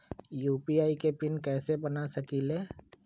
UPI के pin कैसे बना सकीले?